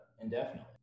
indefinitely